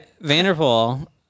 Vanderpool